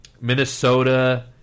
Minnesota